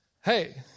hey